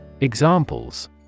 examples